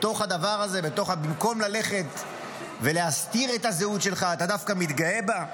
בתוך הדבר הזה במקום ללכת ולהסתיר את הזהות שלך אתה דווקא מתגאה בה?